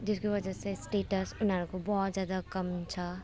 त्यसको बदला चाहिँ स्टेटस उनीहरूको बहुत ज्यादा कम हुन्छ